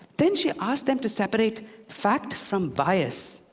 then she asked them to separate fact from bias.